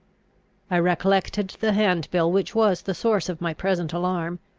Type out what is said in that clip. i recollected the hand-bill which was the source of my present alarm,